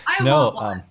no